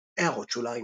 == הערות שוליים ==